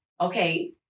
okay